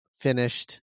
finished